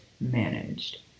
managed